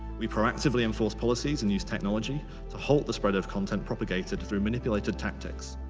we proactively enforce policies and use technology to halt the spread of content propagated through manipulated tactics.